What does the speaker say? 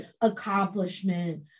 accomplishment